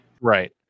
right